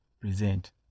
present